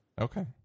Okay